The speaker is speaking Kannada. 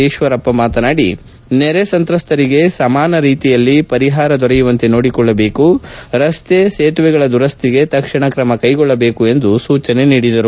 ಈಶ್ವರಪ್ಪ ನೆರೆ ಸಂತ್ರಸ್ತರಿಗೆ ಸಮಾನ ರೀತಿಯಲ್ಲಿ ಪರಿಷಾರ ದೊರೆಯುವಂತೆ ನೋಡಿಕೊಳ್ಳಬೇಕು ರಸ್ತೆ ಸೇತುವೆಗಳ ದುರಸ್ತಿಗೆ ತಕ್ಷಣ ಕ್ರಮ ಕೈಗೊಳ್ಳಬೇಕು ಎಂದು ಹೇಳಿದರು